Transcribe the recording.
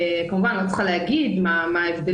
כמובן שאני לא צריכה להגיד מה ההבדלים.